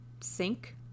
sink